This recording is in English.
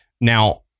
Now